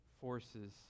forces